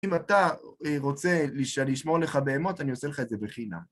אם אתה רוצה שאני אשמור לך בהמות, אני עושה לך את זה בחינם.